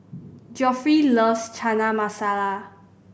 Geoffrey loves Chana Masala